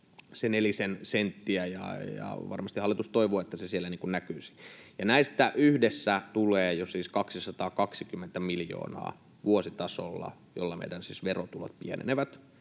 nelisen senttiä — ja varmasti hallitus toivoo, että se siellä näkyisi. Näistä yhdessä tulee siis vuositasolla jo 220 miljoonaa, jolla meidän verotulot pienenevät,